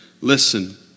listen